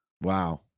Wow